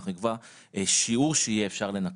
אנחנו נקבע שיעור שאפשר יהיה לנכות.